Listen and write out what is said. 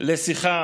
לשיחה